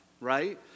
right